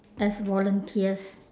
as volunteers